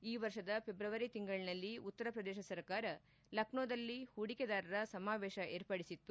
ಈ ವರ್ಷದ ಫೆಬ್ರವರಿ ತಿಂಗಳಿನಲ್ಲಿ ಉತ್ತರ ಪ್ರದೇಶ ಸರ್ಕಾರ ಲಕ್ನೋದಲ್ಲಿ ಹೂಡಿಕೆದಾರರ ಸಮಾವೇಶ ಏರ್ಪಡಿಸಿತ್ತು